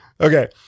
Okay